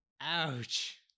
Ouch